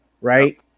right